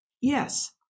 Yes